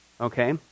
okay